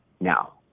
Now